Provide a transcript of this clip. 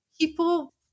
people